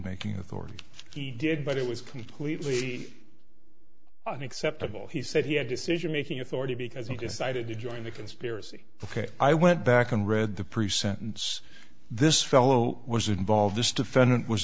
making authority he did but it was completely on acceptable he said he had decision making authority because he decided to join the conspiracy ok i went back and read the pre sentence this fellow was involved this defendant was